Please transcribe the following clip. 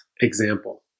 example